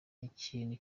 ikintu